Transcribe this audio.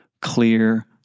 clear